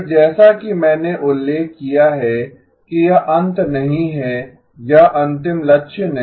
फिर जैसा कि मैंने उल्लेख किया है कि यह अंत नहीं है यह अंतिम लक्ष्य नहीं है